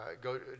go